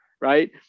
Right